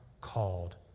Called